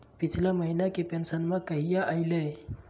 पिछला महीना के पेंसनमा कहिया आइले?